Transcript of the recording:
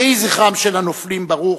יהי זכרם של הנופלים ברוך,